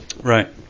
Right